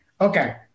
Okay